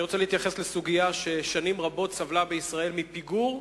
אני רוצה להתייחס לסוגיה ששנים רבות סבלה מפיגור בישראל.